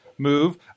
Move